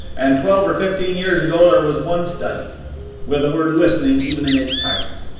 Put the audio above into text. and twelve or fifteen years ago there was one study with the word listening even in its title,